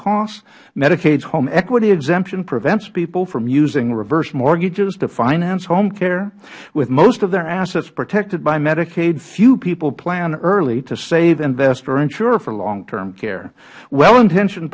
costs medicaids home equity exemption prevents people from using reserve mortgages to finance home care with most of their assets protected by medicaid few people plan early to save invest or insure for long term care well intentioned